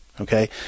Okay